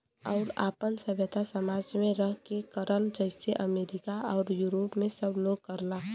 आउर आपन सभ्यता समाज मे रह के करला जइसे अमरीका आउर यूरोप मे सब लोग करला